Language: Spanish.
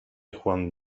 juan